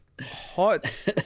Hot